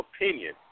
opinion